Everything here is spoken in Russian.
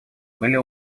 были